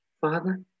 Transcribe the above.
Father